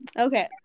Okay